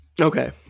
Okay